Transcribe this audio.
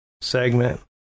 segment